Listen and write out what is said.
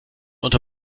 unter